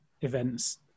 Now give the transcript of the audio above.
events